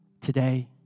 today